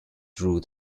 through